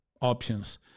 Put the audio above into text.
options